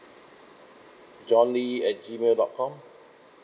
john lee at G mail dot com